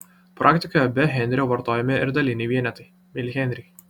praktikoje be henrio vartojami ir daliniai vienetai milihenriai